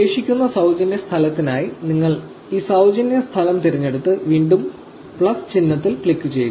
ശേഷിക്കുന്ന സൌജന്യ സ്ഥലത്തിനായി നിങ്ങൾ ഈ സൌജന്യ സ്ഥലം തിരഞ്ഞെടുത്ത് വീണ്ടും പ്ലസ് ചിഹ്നത്തിൽ ക്ലിക്ക് ചെയ്യുക